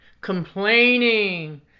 complaining